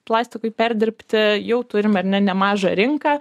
plastikui perdirbti jau turim ar ne nemažą rinką